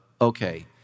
okay